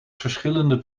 verschillende